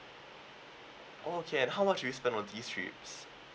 oh okay and how much do you spend on these trips